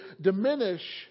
diminish